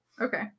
Okay